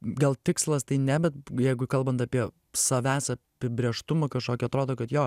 gal tikslas tai ne bet jeigu kalbant apie savęs apibrėžtumą kažkokį atrodo kad jo